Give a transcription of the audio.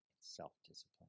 self-discipline